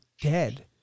dead